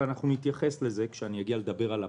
ואנחנו נתייחס לזה כשנגיע לדבר על הפריון.